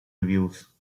reviews